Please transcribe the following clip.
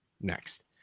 next